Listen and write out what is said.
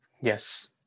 Yes